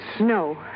No